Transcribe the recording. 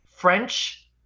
French